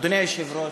אדוני היושב-ראש,